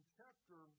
chapter